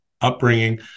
upbringing